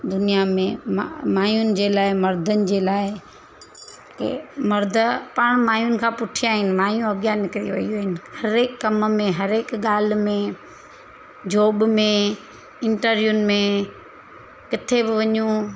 दुनिया में मा माइयुनि जे लाइ मर्दनि जे लाइ की मर्द पाणि माइयुनि खां पुठियां आहिनि माइयूं अॻियां निकिरी वेयूं आहिनि हरेक कमु में हरेक ॻाल्हि में जॉब में इंटरव्युनि में किथे बि वञूं